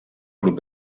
grup